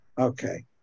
Okay